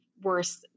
worse